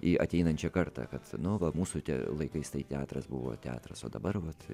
į ateinančią kartą kad nu va mūsų laikais tai teatras buvo teatras o dabar vat